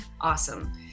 awesome